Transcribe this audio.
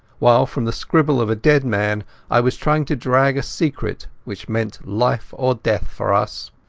while from the scribble of a dead man i was trying to drag a secret which meant life or death for us.